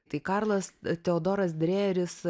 tai karlas teodoras drejeris